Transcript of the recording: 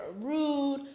rude